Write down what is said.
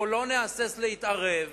אנחנו לא נהסס להתערב.